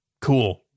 Cool